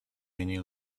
many